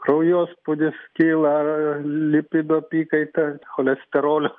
kraujospūdis kyla lipido apykaita cholesterolio